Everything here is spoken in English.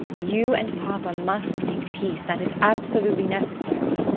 you and papa must make peace that is absolutely necessary.